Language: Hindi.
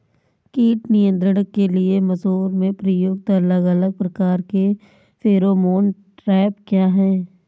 कीट नियंत्रण के लिए मसूर में प्रयुक्त अलग अलग प्रकार के फेरोमोन ट्रैप क्या है?